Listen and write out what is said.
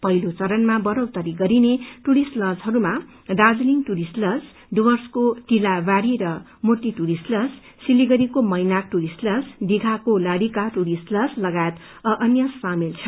पहिलो घरणमा बढ़ौत्तरी गरिने दुरिस्ट लजहरूमा दार्जीलिङ दुरिस्ट लज डुर्वसको टिलावाडी र मूर्ति दुरिस्ट लज सिलगढ़ीको मैनाक टुरिस्ट लज दिघाको लारिका टुरिस्ट लज लगायत अ अन्य शामेल छन्